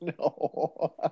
No